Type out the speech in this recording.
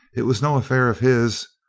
it was no affair of his.